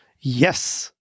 yes